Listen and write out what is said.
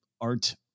art